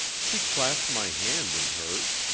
she clasped my hand in hers,